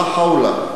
"לָא חוולה",